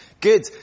Good